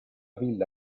villa